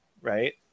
right